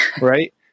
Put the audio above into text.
Right